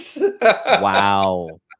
Wow